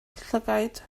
llygaid